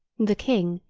the king,